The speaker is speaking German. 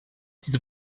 diese